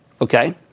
Okay